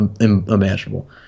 imaginable